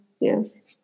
Yes